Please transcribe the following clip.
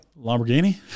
Lamborghini